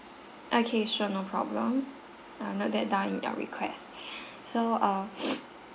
okay sure no problem I'll note that down in your request so err